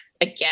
Again